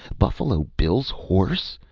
buffalo bill's horse!